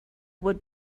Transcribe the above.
would